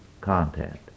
content